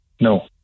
No